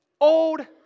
old